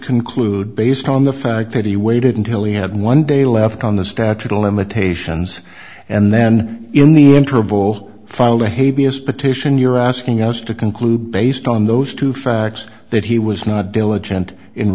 conclude based on the fact that he waited until he had one day left on the statute of limitations and then in the interval follow the hey b s petition you're asking us to conclude based on those two facts that he was not diligent in